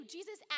Jesus